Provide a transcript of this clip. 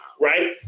right